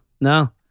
no